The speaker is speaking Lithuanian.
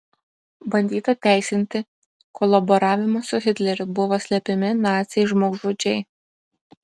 bandyta teisinti kolaboravimą su hitleriu buvo slepiami naciai žmogžudžiai